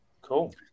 cool